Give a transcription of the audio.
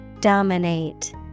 Dominate